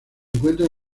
encuentra